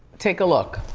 take a look.